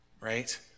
right